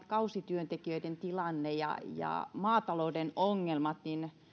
kausityöntekijöiden tilanne ja ja maatalouden ongelmat